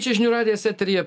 čia žinių radijas eteryje